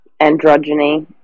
androgyny